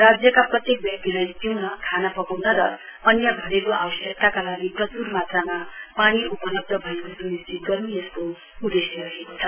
राज्यका प्रत्येक व्यक्तिलाई पिउन खाना पकाउन र अन्य घरेल् आवश्यकताका लागि प्रचुर मात्रामा पानी उपलब्ध भएको सुनिश्चित गर्नु यसको उदेश्य रहेको छ